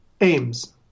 aims